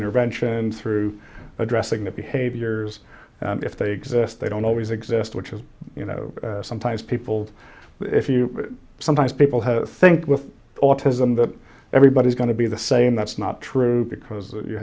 intervention through addressing the behaviors if they exist they don't always exist which is you know sometimes people if you sometimes people who think with autism that everybody's going to be the same that's not true because you